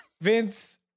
Vince